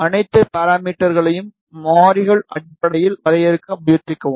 அனைத்து பாராமீட்டர்க்களையும் மாறிகள் அடிப்படையில் வரையறுக்க முயற்சிக்கவும்